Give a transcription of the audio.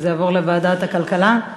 שזה יעבור לוועדת הכלכלה?